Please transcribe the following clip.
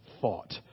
thought